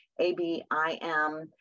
ABIM